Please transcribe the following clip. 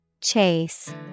Chase